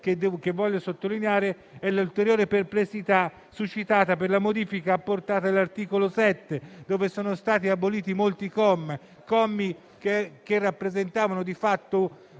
infine sottolineare l'ulteriore perplessità suscitata dalla modifica apportata all'articolo 7, dove sono stati aboliti molti commi che rappresentavano di fatto